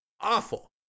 awful